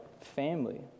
family